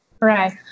Right